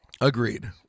Agreed